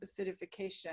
acidification